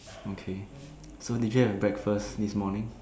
okay so did you have breakfast this morning